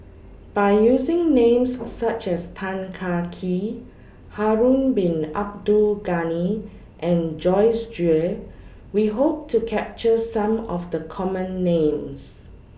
By using Names such as Tan Kah Kee Harun Bin Abdul Ghani and Joyce Jue We Hope to capture Some of The Common Names